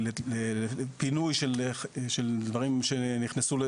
פינוי של דברים שנכנסנו,